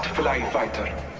fly